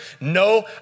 No